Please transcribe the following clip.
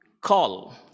call